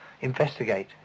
investigate